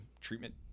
treatment